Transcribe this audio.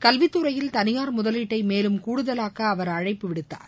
கல்வித்துறையில் தனியார் முதலீட்டைமேலும் கூடுதலாக்கஅவர் அழைப்பு விடுத்தார்